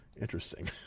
interesting